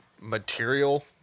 material